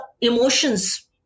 emotions